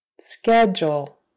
Schedule